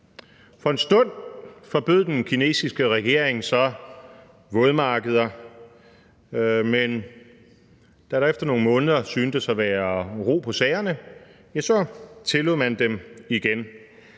For en stund forbød den kinesiske regering så vådmarkeder, men da der efter nogle måneder syntes at være ro på sagerne, så tillod man dem igen